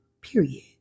Period